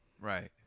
Right